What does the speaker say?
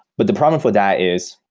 but the problem for that is,